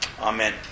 Amen